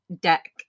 deck